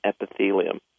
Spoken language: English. epithelium